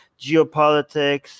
geopolitics